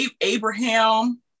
Abraham